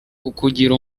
kukugira